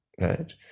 right